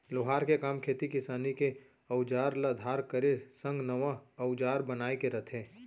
लोहार के काम खेती किसानी के अउजार ल धार करे संग नवा अउजार बनाए के रथे